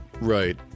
Right